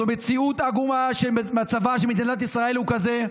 זו מציאות עגומה שמצבה של מדינת ישראל הוא כזה,